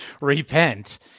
repent